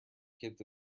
kids